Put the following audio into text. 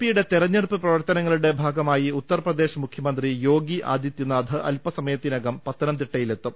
P യുടെ തെരഞ്ഞെടുപ്പ് പ്രവർത്തനങ്ങളുടെ ഭാഗമായി ഉത്തർപ്രദേശ് മുഖ്യമന്ത്രി യോഗി ആദിത്യനാഥ് അൽപ്പസമയത്തി നകം പത്തനംതിട്ടയിലെത്തും